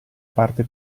parte